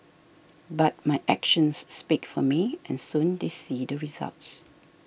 but my actions speak for me and soon they see the results